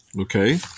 Okay